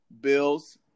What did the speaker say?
Bills